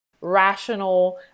rational